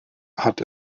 hat